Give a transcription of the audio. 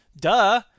Duh